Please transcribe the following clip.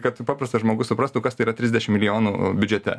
kad paprastas žmogus suprastų kas tai yra trisdešim milijonų biudžete